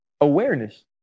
awareness